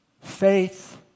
Faith